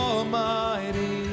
Almighty